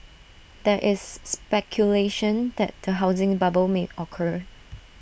there is speculation that A housing bubble may occur